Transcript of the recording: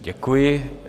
Děkuji.